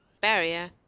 Barrier